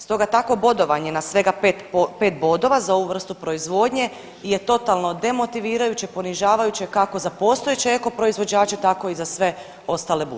Stoga takvo bodovanje na svega 5 bodova za ovu vrstu proizvodnje je totalno demotivirajuće, ponižavajuće kako za postojeće eko proizvođače tako i za sve ostale buduće.